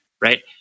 Right